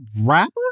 rapper